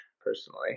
personally